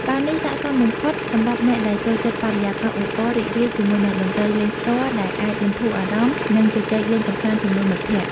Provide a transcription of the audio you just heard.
បារនេះស័ក្តិសមបំផុតសម្រាប់អ្នកដែលចូលចិត្តបរិយាកាសអ៊ូអរ រីករាយ ជាមួយនឹងតន្ត្រីលេងផ្ទាល់ដែលអាចបន្ធូរអារម្មណ៍ និងជជែកលេងកម្សាន្តជាមួយមិត្តភក្តិ។